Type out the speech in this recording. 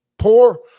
Poor